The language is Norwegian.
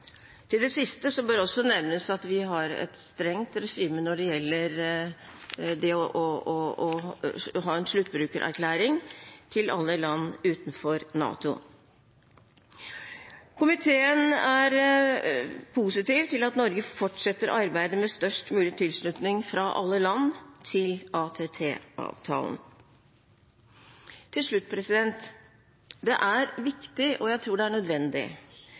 Til det siste bør det også nevnes at vi har et strengt regime når det gjelder det å ha en sluttbrukererklæring til alle land utenfor NATO. Komiteen er positiv til at Norge fortsetter arbeidet med størst mulig tilslutning fra alle land til ATT-avtalen. Til slutt: Det er viktig, og jeg tror det er nødvendig,